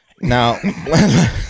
Now